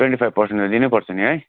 twenty five percent त दिनुपर्छ नि है